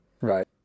Right